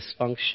dysfunction